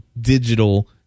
digital